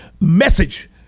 message